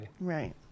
right